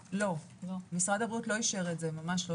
לא, משרד הבריאות לא אישר את זה, ממש לא.